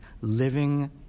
living